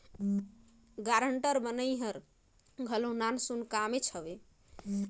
guarantor बनई हर घलो नानसुन काम ना हवे